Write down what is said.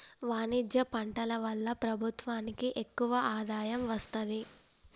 వాణిజ్య పంటల వల్ల ప్రభుత్వానికి ఎక్కువ ఆదాయం వస్తది